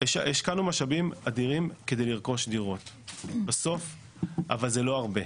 אנחנו השקענו משאבים אדירים כדי לרכוש דירות אבל זה לא הרבה.